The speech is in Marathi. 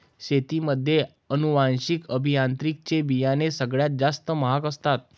शेतीमध्ये अनुवांशिक अभियांत्रिकी चे बियाणं सगळ्यात जास्त महाग असतात